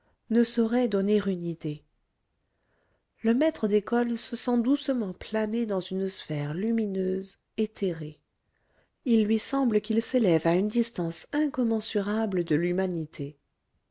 ne saurait donner une idée le maître d'école se sent doucement planer dans une sphère lumineuse éthérée il lui semble qu'il s'élève à une distance incommensurable de l'humanité